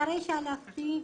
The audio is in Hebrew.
אחרי שהלכתי,